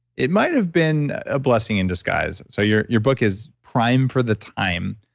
it might have been a blessing in disguise so, your your book is prime for the time,